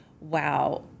wow